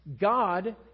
God